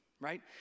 right